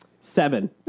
Seven